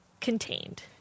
contained